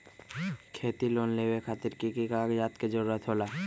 खेती लोन लेबे खातिर की की कागजात के जरूरत होला?